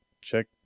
check